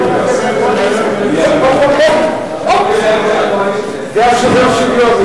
סעיפים 1 2 נתקבלו.